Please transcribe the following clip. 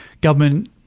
government